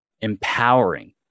empowering